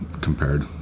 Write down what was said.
compared